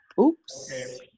Oops